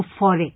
euphoric